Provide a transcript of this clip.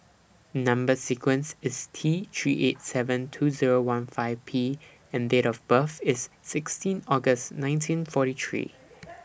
Number sequence IS T three eight seven two Zero one five P and Date of birth IS sixteen August nineteen forty three